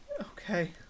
Okay